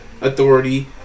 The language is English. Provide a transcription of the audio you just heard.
authority